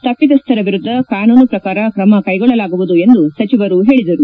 ತಪ್ಪತಸ್ಥರ ವಿರುದ್ದ ಕಾನೂನು ಪ್ರಕಾರ ಕ್ರಮ ಕೈಗೊಳ್ಳಲಾಗುವುದು ಎಂದು ಸಚಿವರು ಹೇಳಿದರು